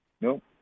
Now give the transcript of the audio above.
Nope